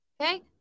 okay